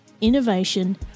innovation